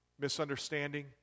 misunderstanding